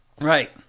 Right